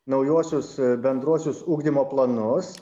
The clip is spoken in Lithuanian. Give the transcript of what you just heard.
naujuosius bendruosius ugdymo planus